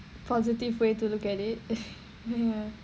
positive way to look at it ya